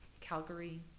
Calgary